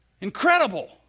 Incredible